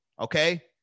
Okay